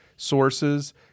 sources